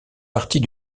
partie